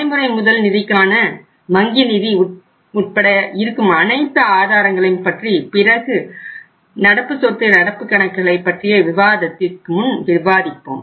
நடைமுறை முதல் நிதிக்கான வங்கி நிதி உட்பட இருக்கும் அனைத்து ஆதாரங்களையும் பற்றி பிறகு நடப்பு சொத்து நடப்பு கணக்குகளை பற்றிய விவாதத்திற்கு முன் விவாதிப்போம்